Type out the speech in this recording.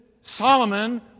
Solomon